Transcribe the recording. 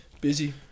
Busy